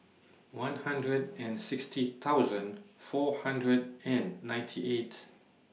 one hundred and sixty thousand four hundred and ninety eight